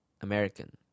American